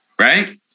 right